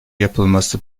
yapılması